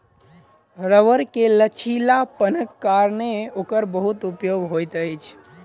रबड़ के लचीलापनक कारणेँ ओकर बहुत उपयोग होइत अछि